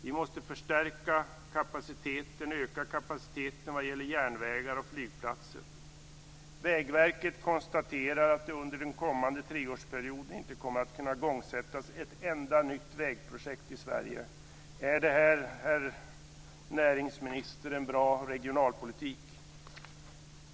Vi måste öka kapaciteten vad gäller järnvägar och flygplatser. Vägverket konstaterar att det under den kommande treårsperioden inte kommer att kunna sättas i gång ett enda nytt vägprojekt i Sverige. Är det en bra regionalpolitik, näringsministern?